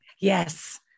Yes